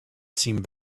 seemed